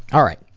alright.